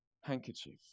handkerchief